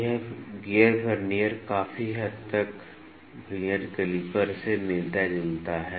यह gear vernier काफी हद तक वर्नियर कैलिपर से मिलता जुलता है